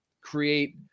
create